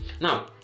now